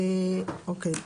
אוקיי.